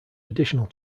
additional